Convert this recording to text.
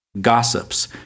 gossips